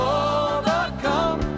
overcome